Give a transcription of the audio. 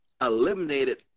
eliminated